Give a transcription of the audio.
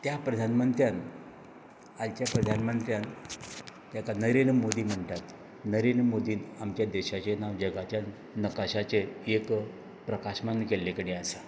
त्या प्रधान मंत्र्यान आयच्या प्रधानमंत्र्यान ताका नरेंद्र मोदी म्हणटात नरेंद्र मोदीन आमच्या देशाचे नांव जगाच्या नकाशाचेर एक प्रकाशमान केल्ले कडेन आसा